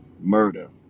murder